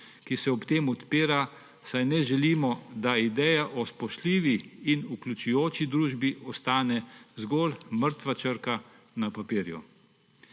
ki se ob tem odpira, saj ne želimo, da ideja o spoštljivi in vključujoči družbi ostane zgolj mrtva črka na papirju.